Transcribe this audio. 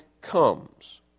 comes